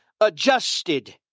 adjusted